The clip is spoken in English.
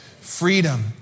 freedom